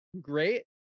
great